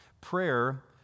Prayer